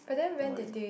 or like